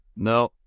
No